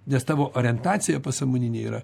nes tavo orientacija pasąmoninė yra